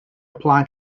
apply